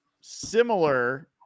similar